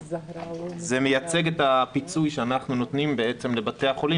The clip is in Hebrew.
זה מייצג את הפיצוי שאנחנו נותנים בעצם לבתי החולים